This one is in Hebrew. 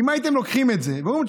אם הייתם לוקחים את זה ואומרים,